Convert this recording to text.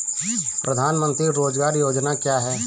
प्रधानमंत्री रोज़गार योजना क्या है?